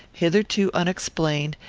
hitherto unexplained,